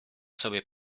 sobie